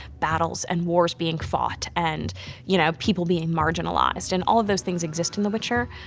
battles and wars being fought, and you know people being marginalized. and all of those things exist in the witcher,